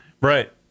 Right